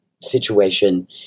situation